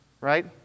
right